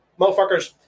Motherfuckers